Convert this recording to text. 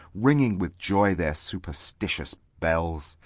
ringing with joy their superstitious bells,